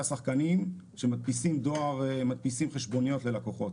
שחקנים שמדפיסים חשבוניות ללקוחות.